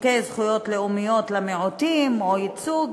חוקי זכויות לאומיות למיעוטים או ייצוג?